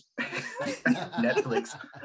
netflix